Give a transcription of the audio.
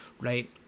right